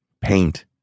paint